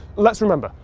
let's remember,